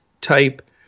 type